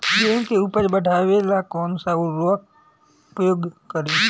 गेहूँ के उपज बढ़ावेला कौन सा उर्वरक उपयोग करीं?